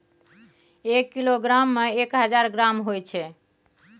एक किलोग्राम में एक हजार ग्राम होय छै